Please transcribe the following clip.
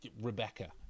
Rebecca